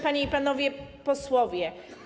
Panie i Panowie Posłowie!